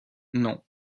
non